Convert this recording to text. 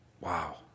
Wow